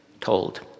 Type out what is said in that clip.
told